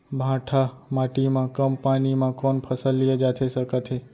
भांठा माटी मा कम पानी मा कौन फसल लिए जाथे सकत हे?